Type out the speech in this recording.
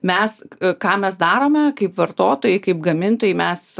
mes ką mes darome kaip vartotojai kaip gamintojai mes